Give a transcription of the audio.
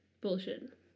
bullshit